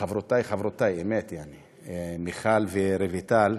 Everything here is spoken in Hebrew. חברותיף אמת, יעני, מיכל ורויטל,